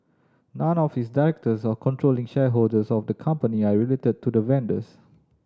none of its directors or controlling shareholders of the company are related to the vendors